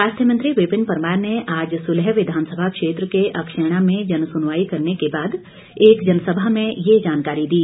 स्वास्थ्य मंत्री विपिन परमार ने आज सुलह विधानसभा क्षेत्र के अक्षेणा में जनसुनवाई करने के बाद एक जनसभा में ये जानकारी दी